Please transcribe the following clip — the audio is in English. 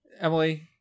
Emily